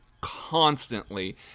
constantly